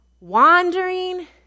wandering